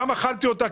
אכלתי אותה,